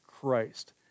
Christ